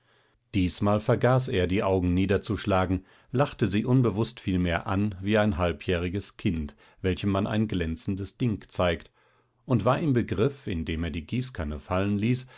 diesmal vergaß er die augen niederzuschlagen lachte sie unbewußt vielmehr an wie ein halbjähriges kind welchem man ein glänzendes ding zeigt und war im begriff indem er die gießkanne fallen ließ